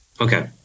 Okay